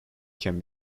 can